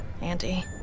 Auntie